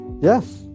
Yes